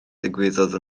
ddigwyddodd